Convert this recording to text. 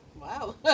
Wow